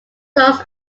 dogs